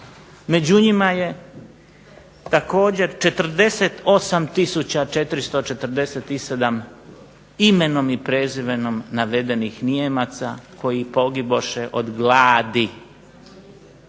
Među njima je također 48447 imenom i prezimenom Nijemaca koji pogiboše od gladi